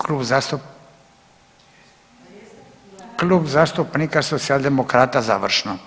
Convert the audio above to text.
Klub zastupnika Socijaldemokrata završno.